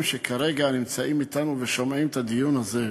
שכרגע נמצאים אתנו ושומעים את הדיון הזה: